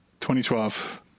2012